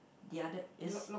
the other it's